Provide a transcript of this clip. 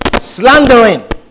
Slandering